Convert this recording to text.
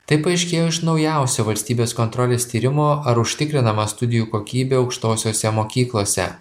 tai paaiškėjo iš naujausio valstybės kontrolės tyrimo ar užtikrinama studijų kokybė aukštosiose mokyklose